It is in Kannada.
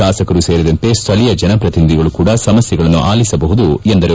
ಶಾಸಕರು ಸೇರಿದಂತೆ ಸ್ಥಳೀಯ ಜನಪ್ರತಿನಿಧಿಗಳು ಕೂಡ ಸಮಸ್ಥೆಗಳನ್ನು ಆಲಿಸಬಹುದು ಎಂದರು